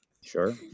Sure